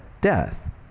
death